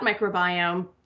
microbiome